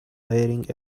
wearing